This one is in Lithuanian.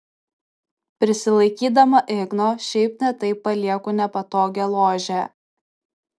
prisilaikydama igno šiaip ne taip palieku nepatogią ložę